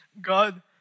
God